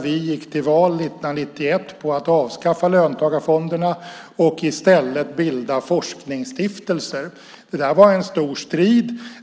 Vi gick till val 1991 på att avskaffa löntagarfonderna och i stället bilda forskningsstiftelser. Det var en stor strid.